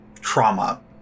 trauma